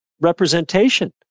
representation